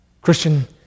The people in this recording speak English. Christian